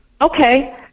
Okay